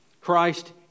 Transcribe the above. Christ